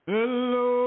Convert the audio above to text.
Hello